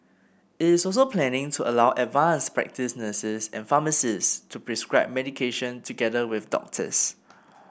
it is also planning to allow advanced practice nurses and pharmacists to prescribe medication together with doctors